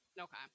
Okay